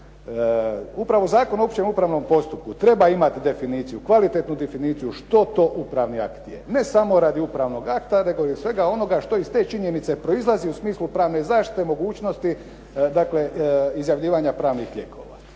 upravo Zakon o općem upravnom postupku treba imati definiciju, kvalitetnu definiciju što to upravni akt je. Ne samo radi upravnog akta, nego i svega onoga što iz te činjenice proizlazi u smislu pravne zaštite, mogućnosti, dakle izjavljivanja pravnih lijekova.